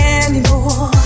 anymore